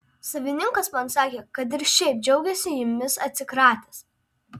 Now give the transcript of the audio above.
savininkas man sakė kad ir šiaip džiaugiasi jumis atsikratęs